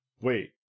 wait